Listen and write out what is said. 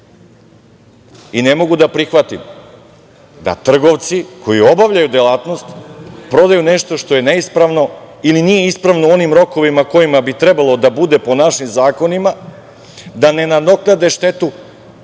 Ne mogu da prihvatim da trgovci, koji obavljaju delatnost prodaju nešto što je neispravno ili nije ispravno u onim rokovima u kojima bi trebalo po našim zakonima, ne nadoknade štetu,